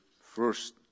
first